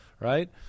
right